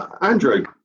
Andrew